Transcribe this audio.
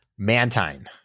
Mantine